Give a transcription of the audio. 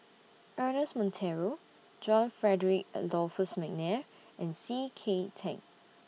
Ernest Monteiro John Frederick Adolphus Mcnair and C K Tang